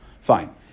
Fine